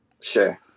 Sure